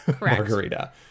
margarita